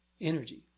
energy